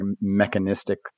mechanistic